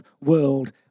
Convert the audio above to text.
world